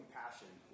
passion